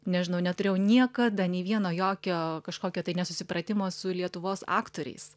nežinau neturėjau niekada nei vieno jokio kažkokio tai nesusipratimo su lietuvos aktoriais